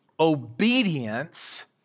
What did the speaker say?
Obedience